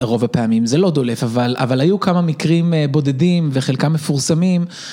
רוב הפעמים זה לא דולף, אבל היו כמה מקרים בודדים וחלקם מפורסמים